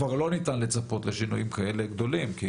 כבר לא ניתן לצפות לשינויים כאלה גדולים כי